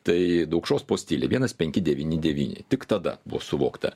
tai daukšos postilė vienas penki devyni devyni tik tada buvo suvokta